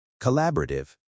collaborative